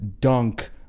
dunk